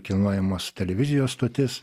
kilnojamas televizijos stotis